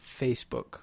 Facebook